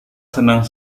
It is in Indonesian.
senang